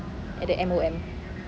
at the M_O_M